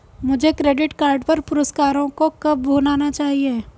मुझे credit card पर पुरस्कारों को कब भुनाना चाहिए?